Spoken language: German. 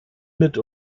mit